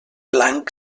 blanc